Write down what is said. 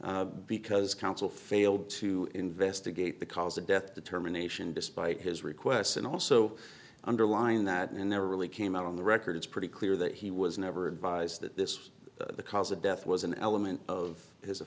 deficient because counsel failed to investigate the cause of death determination despite his requests and also underlined that and there really came out on the record it's pretty clear that he was never advised that this the cause of death was an element of his